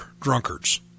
drunkards